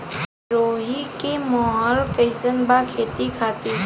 सिरोही के माहौल कईसन बा खेती खातिर?